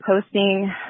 posting